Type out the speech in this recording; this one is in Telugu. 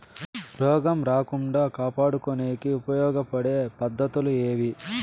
రోగం రాకుండా కాపాడుకునేకి ఉపయోగపడే పద్ధతులు ఏవి?